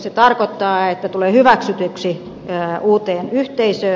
se tarkoittaa että tulee hyväksytyksi uuteen yhteisöön